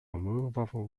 movable